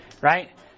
right